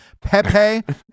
Pepe